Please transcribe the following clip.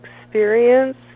experience